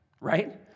right